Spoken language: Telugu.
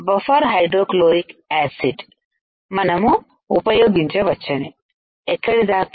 బఫర్buffer హైడ్రోక్లోరిక్ యాసిడ్ మనం ఉపయోగించవచ్చని ఎక్కడి దాకా